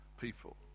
people